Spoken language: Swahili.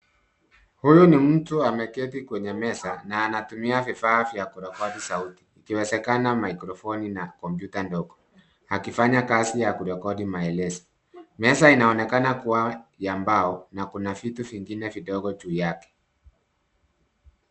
Huyu ni mtu ameketi kwenye meza na anatumia vifaa vya kurekodi sauti ikiwezekana maikrofoni na kompyuta ndogo akifanya kazi ya kurekodi maelezo. Meza inaonekana kuwa ya mbao na kuna vitu vingine vidogo juu yake.